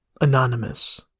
Anonymous